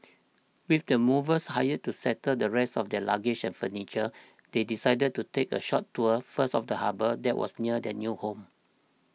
with the movers hired to settle the rest of their luggage and furniture they decided to take a short tour first of the harbour that was near their new home